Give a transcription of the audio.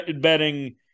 betting